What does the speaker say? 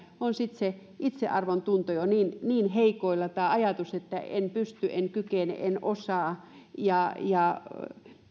on se itsearvontunto jo niin niin heikoilla tai on ajatus että en pysty en kykene en osaa ja ja